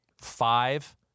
Five